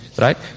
Right